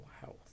health